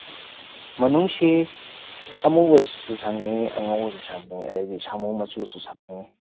ꯃꯅꯨꯡꯁꯤ ꯑꯃꯨꯕꯁꯨ ꯁꯪꯉꯤ ꯑꯉꯧꯕꯁꯨ ꯁꯪꯉꯤ ꯑꯗꯩꯗꯤ ꯁꯥꯃꯨ ꯃꯆꯨꯁꯨ ꯁꯪꯉꯤ